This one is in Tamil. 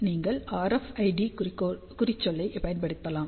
நீங்கள் RFID குறிச்சொல்லைப் பயன்படுத்தலாம்